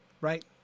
Right